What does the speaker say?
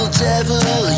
devil